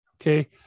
Okay